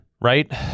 right